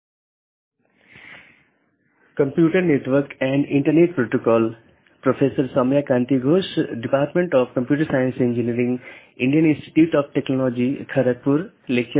नमस्कार हम computer network और इंटरनेट पाठ्यक्रम पर अपनी चर्चा जारी रखेंगे